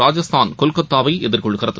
Rajasthan கொல்கத்தாவைஎதிர்கொள்கிறது